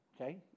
okay